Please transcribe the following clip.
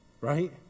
Right